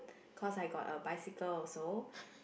cause I got a bicycle also